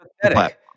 pathetic